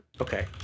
okay